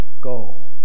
Go